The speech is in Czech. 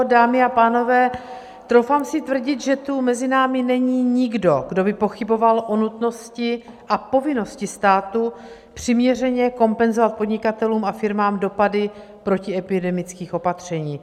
Dámy a pánové, troufám si tvrdit, že tu mezi námi není nikdo, kdo by pochyboval o nutnosti a povinnosti státu přiměřeně kompenzovat podnikatelům a firmám dopady protiepidemických opatření.